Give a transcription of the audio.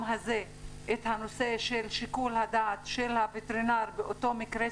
הזה את שיקול הדעת של הווטרינר באותו מקרה,